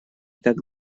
так